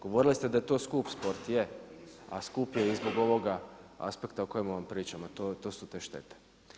Govorili ste da je to skup sport, je, a skup je i zbog ovoga aspekta o kojemu vam pričamo a to su te štete.